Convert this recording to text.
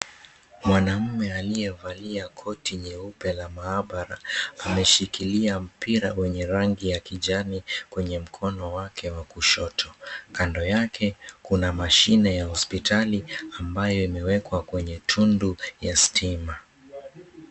Mwanaume aliyevalia koti nyeupe la maabara ameshikilia mpira wenye rangi ya kijani kwenye mkono wake wa kushoto. Kando yake kuna mashine ya hospitali ambayo imewekwa kwa kwenye tundu ya stima.